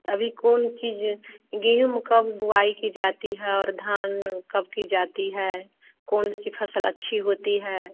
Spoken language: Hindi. अभी कौन चीज़ गेहूँ कब बोई की जाती है और धान कब की जाती है कौन सी फ़सल अच्छी होती है